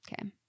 okay